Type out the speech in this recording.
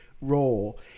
role